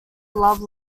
love